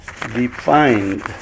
defined